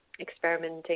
experimenting